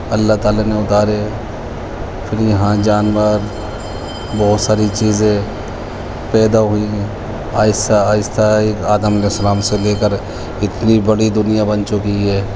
اللہ تعالیٰ نے اتارے پھر یہاں جانور بہت ساری چیزیں پیدا ہوئی ہیں آہستہ آہستہ ایک آدم علیہ السلام سے لے کر اتنی بڑی دنیا بن چکی ہے